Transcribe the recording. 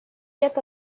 лет